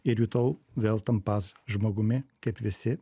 ir jutau vėl tampąs žmogumi kaip visi